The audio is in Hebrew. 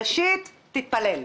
ראשית, תתפלל.